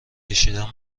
کشیدن